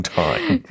time